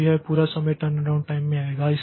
तो यह पूरा समय टर्नअराउंड टाइम में आएगा